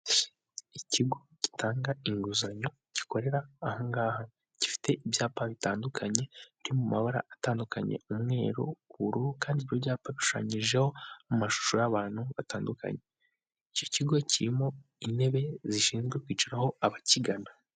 Ikigo gitanga inguzanyo gikorera aha ngaha gifite ibyapa bitandukanye byo mu mabara atandukanye umweru, ubururu kandi ibyo byapa bishushanyijeho mu mashusho y'abantu batandukanye, icyo kigo kirimo intebe zishinzwe kwicaraho abakigana.